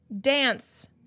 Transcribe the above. Dance